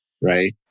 right